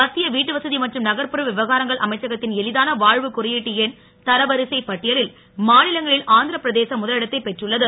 மத்திய வீட்டுவசதி மற்றும் நகர்புற விவகாரங்கள் அமைச்சகத்தின் எளிதான வாழ்வு குறியீட்டு எண் தரவரிசைப் பட்டியலில் மாநிலங்களில் ஆந்திர பிரதேசம் முதலிடத்தை பெற்றுள்ளது